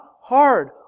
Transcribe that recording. hard